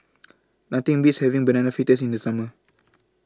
Nothing Beats having Banana Fritters in The Summer